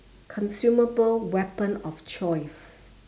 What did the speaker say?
consumable weapon of choice